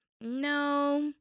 no